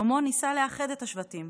שלמה ניסה לאחד את השבטים,